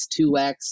2X